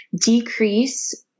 decrease